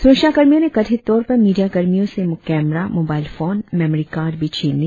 सुरक्षा कर्मियों ने कथित तौर पर मिडिया कर्मियों से केमरा मोबाइल फोन मेमोरीकार्ड भी छीन लिए